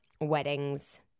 weddings